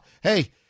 Hey